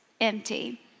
Empty